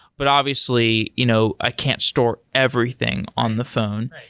but obviously, you know i can't store everything on the phone.